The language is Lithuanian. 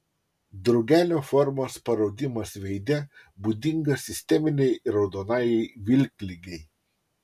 drugelio formos paraudimas veide būdingas sisteminei raudonajai vilkligei